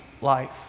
life